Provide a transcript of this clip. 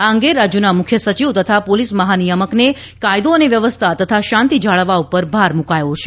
આ અંગે રાજ્યોના મૂખ્ય સચિવ તથા પોલીસ મહાનિયામકને કાયદો અને વ્યવસ્થા તથા શાંતિ જાળવવા પર ભાર મૂકાયો છે